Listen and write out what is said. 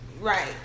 right